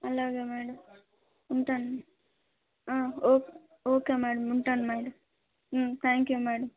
అలాగే మ్యాడమ్ ఉంటాను okay okay madam ఉంటాను మ్యాడమ్ థ్యాంక్ యు మ్యాడమ్